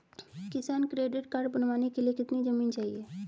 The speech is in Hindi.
किसान क्रेडिट कार्ड बनाने के लिए कितनी जमीन चाहिए?